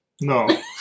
No